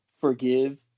forgive